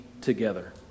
together